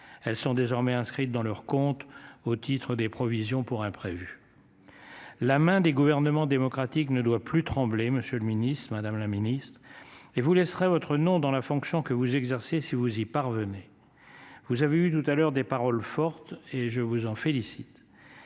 elles sont désormais inscrites dans leurs comptes au titre des provisions pour imprévus. La main des gouvernements démocratiques ne doit plus tremblé. Monsieur le Ministre Madame la Ministre et vous laisserez votre nom dans la fonction que vous exercez. Si vous y parvenez. Vous avez vu tout à l'heure des paroles fortes et je vous en félicite.